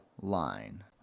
line